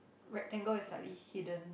rectangle is slightly hidden